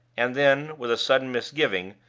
and then, with a sudden misgiving,